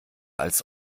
als